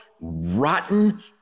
rotten